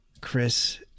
Chris